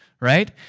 right